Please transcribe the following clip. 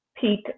peak